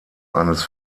eines